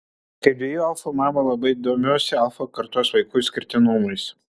kaip dviejų alfų mama labai domiuosi alfa kartos vaikų išskirtinumais